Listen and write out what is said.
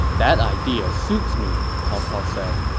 that idea suits me, cao cao said.